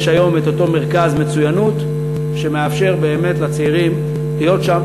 יש היום אותו מרכז מצוינות שמאפשר באמת לצעירים להיות שם.